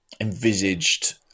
envisaged